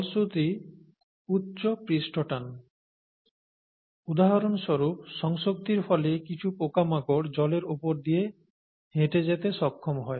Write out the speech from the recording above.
ফলশ্রুতি উচ্চ পৃষ্ঠটান উদাহরণস্বরূপ সংসক্তির ফলে কিছু পোকামাকড় জলের উপর দিয়ে হেঁটে যেতে সক্ষম হয়